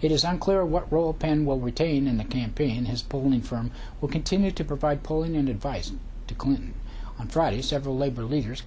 it is unclear what role pen will retain in the campaign his polling firm will continue to provide polling and advice to clinton on friday several labor leaders